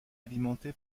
alimenté